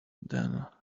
then